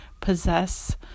possess